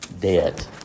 dead